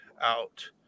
out